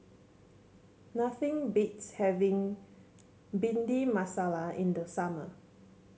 nothing beats having Bhindi Masala in the summer